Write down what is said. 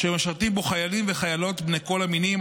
אשר משרתים בו חיילים וחיילות בני כל המינים,